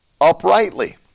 uprightly